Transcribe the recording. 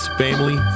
family